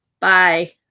Bye